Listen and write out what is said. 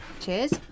Cheers